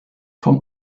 vom